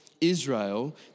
Israel